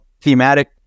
thematic